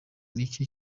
micye